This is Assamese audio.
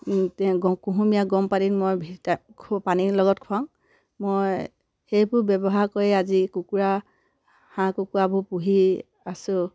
গৰম কুহুমীয়া গৰম পানীত মই ভিটামিন পানীৰ লগত খুৱাওঁ মই সেইবোৰ ব্যৱহাৰ কৰি আজি কুকুৰা হাঁহ কুকুৰাবোৰ পুহি আছো